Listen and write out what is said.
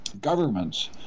governments